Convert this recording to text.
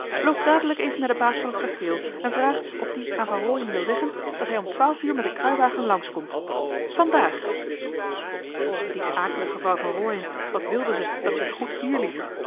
loop dadelijk even naar de baas van het kasteel en vraag of die aan van rooien wil zeggen dat hij om twaalf uur met een kruiwagen langs komt vandaag die akelige vrouw van rooien wat wilde ze dat ze het goed hier liet